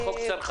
יש חוק צרכנות